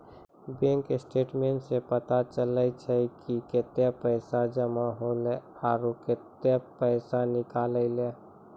bank statements सें पता चलै छै कि कतै पैसा जमा हौले आरो कतै पैसा निकललै